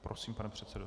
Prosím, pane předsedo.